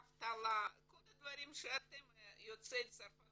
אבטלה, כל הדברים שיוצאי צרפת